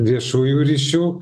viešųjų ryšių